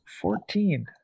Fourteen